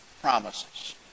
promises